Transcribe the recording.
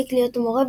הפסיק להיות המורה,